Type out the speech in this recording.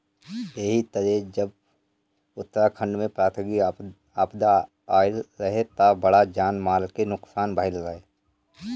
एही तरे जब उत्तराखंड में प्राकृतिक आपदा आईल रहे त बड़ा जान माल के नुकसान भईल रहे